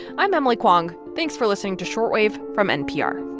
i'm emily kwong. thanks for listening to short wave from npr